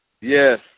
Yes